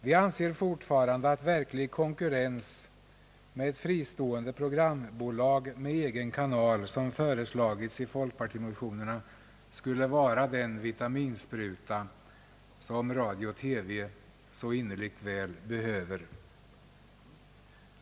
Vi anser fortfarande att verklig konkurrens med ett fristående programbolag med egen kanal som föreslagits i folkpartimotionerna skulle vara den vitaminspruta som radio-TV behöver.